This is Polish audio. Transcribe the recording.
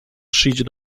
przyjdzie